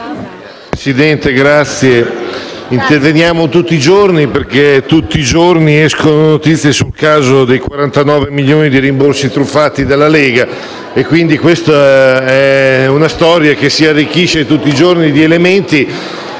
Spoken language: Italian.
Presidente, noi interveniamo tutti i giorni perché tutti i giorni escono notizie sul caso dei 49 milioni di rimborsi truffati dalla Lega. È una storia che si arricchisce tutti i giorni di elementi